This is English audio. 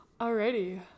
Alrighty